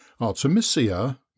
Artemisia